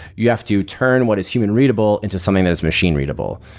you have to turn what is human readable into something that is machine-readable,